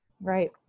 Right